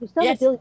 Yes